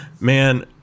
Man